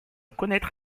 connaître